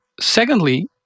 Secondly